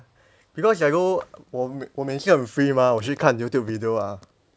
because I go 我我每次很 free mah 我去看 youtube video ah